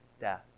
death